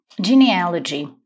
genealogy